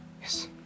Yes